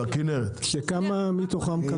בכנרת, נכון?